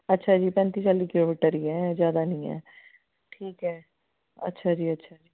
ਅੱਛਾ ਜੀ ਪੈਂਤੀ ਚਾਲ੍ਹੀ ਕਿਲੋਮੀਟਰ ਹੀ ਹੈ ਜ਼ਿਆਦਾ ਨਹੀਂ ਹੈ ਠੀਕ ਹੈ ਅੱਛਾ ਜੀ ਅੱਛਾ ਜੀ